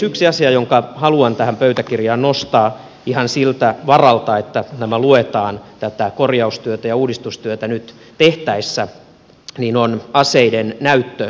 yksi asia jonka haluan tähän pöytäkirjaan nostaa ihan siltä varalta että nämä luetaan tätä korjaustyötä ja uudistustyötä nyt tehtäessä on aseiden näyttövelvollisuus